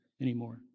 anymore